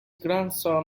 grandson